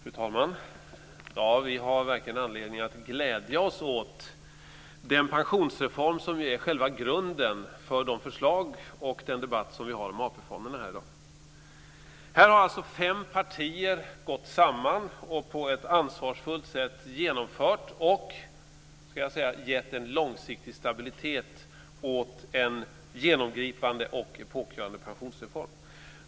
Fru talman! Vi har verkligen anledning att glädja oss åt den pensionsreform som är själva grunden för de förslag och den debatt som vi har om AP-fonderna här i dag. Här har alltså fem partier gått samman och på ett ansvarsfullt sätt genomfört och gett en långsiktig stabilitet åt en genomgripande och epokgörande pensionsreform.